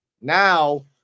Now